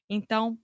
Então